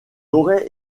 aurait